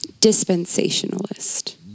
dispensationalist